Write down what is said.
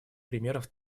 примеров